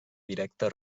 directa